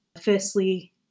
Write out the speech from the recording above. Firstly